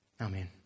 Amen